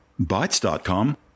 Bytes.com